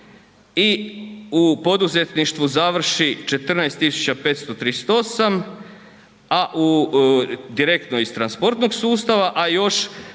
i u poduzetništvu završi 14.538 direktno iz transportnog sustava, a još